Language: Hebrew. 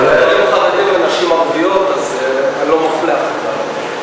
חרדים ונשים ערביות, אז אני לא מפלה אף אחד.